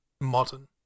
modern